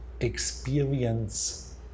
experience